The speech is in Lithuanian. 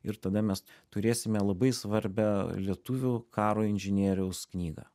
ir tada mes turėsime labai svarbią lietuvių karo inžinieriaus knygą